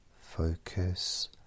Focus